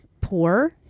poor